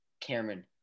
Cameron